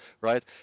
right